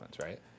right